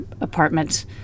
apartment